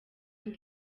ngo